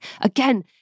Again